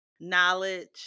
knowledge